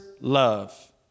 love